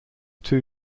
two